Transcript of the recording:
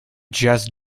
just